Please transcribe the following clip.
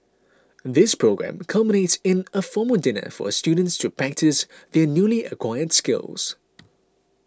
this programme culminates in a formal dinner for students to practise their newly acquired skills